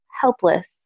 helpless